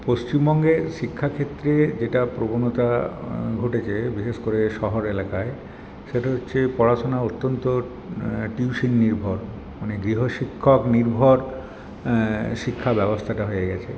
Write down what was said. পশ্চিমবঙ্গের শিক্ষাক্ষেত্রে যেটা প্রবণতা ঘটেছে বিশেষ করে শহর এলাকায় সেটা হচ্ছে পড়াশুনা অত্যন্ত টিউশন নির্ভর মানে গৃহশিক্ষক নির্ভর শিক্ষাব্যবস্থাটা হয়ে গেছে